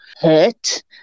hurt